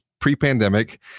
pre-pandemic